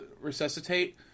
Resuscitate